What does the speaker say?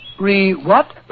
Re-what